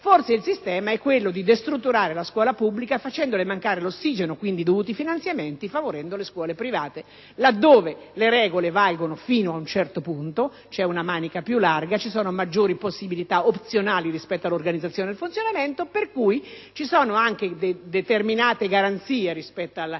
modo migliore è quello di destrutturare la scuola pubblica facendole mancare l'ossigeno e quindi i dovuti finanziamenti; nel contempo, si favoriscono le scuole private, là dove le regole valgono fino ad un certo punto, c'è una manica più larga, vi sono maggiori possibilità opzionali rispetto all'organizzazione e al funzionamento e, quindi, vi sono determinate garanzie (penso, ad